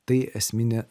tai esminė